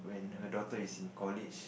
when her daughter is in college